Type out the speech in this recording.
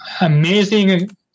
amazing